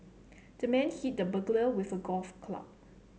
the man hit the burglar with a golf club